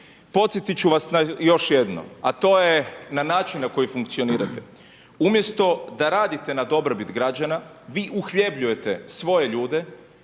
Podsjetit ću vas na još jedno a to je na način na koji funkcionirate. Umjesto da radite na dobrobit građa, vi uhljebljujete svoje ljude